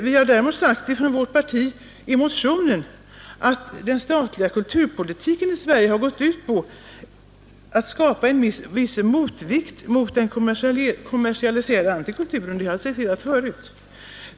Vi har däremot från vårt parti i motionen anfört att den statliga kulturpolitiken i Sverige har gått ut på att skapa en viss motvikt mot den kommersialiserade antikulturen — och det har jag citerat förut.